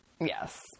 Yes